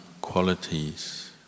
qualities